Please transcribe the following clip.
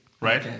right